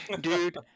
dude